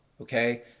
okay